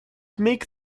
make